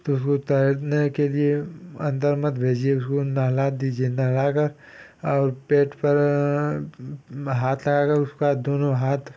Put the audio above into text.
तो उसको तैरने के लिए अन्दर मत भेजिए उसको नहला दीजिए नहलाकर और पेट पर हाथ लगाकर उसके दोनों हाथ